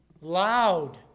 Loud